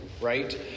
right